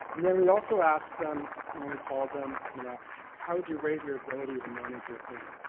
and then we also asked them when we called them, you know how would you rate your ability to manage your pain?